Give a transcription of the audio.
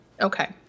Okay